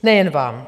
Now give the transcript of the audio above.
Nejen vám.